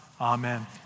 Amen